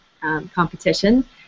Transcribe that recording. Competition